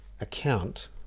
account